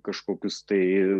kažkokius tai